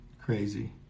Crazy